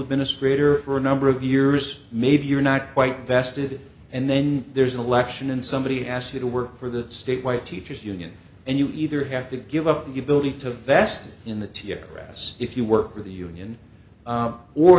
administrator for a number of years maybe you're not quite vested and then there's an election and somebody asks you to work for the state white teachers union and you either have to give up the ability to vest in the t r s if you work with the union